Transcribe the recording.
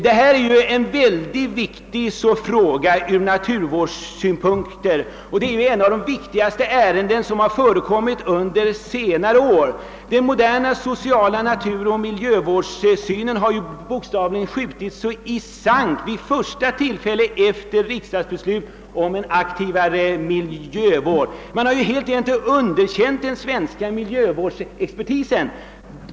Att placera ett flygfält i Sturup är en mycket viktig fråga ur naturvårdssynpunkt och det är ur denna synpunkt ett av de viktigaste ärenden som har förekommit under senare år. Den moderna sociala naturoch miljövårdssynen har ju bokstavligen skjutits i sank vid det första tillfället efter riksdagsbeslutet om en aktivare miljövård. Man har ju helt enkelt underkänt den svenska miljövårdsexpertisen.